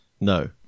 No